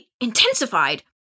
intensified